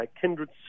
Kindred